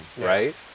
right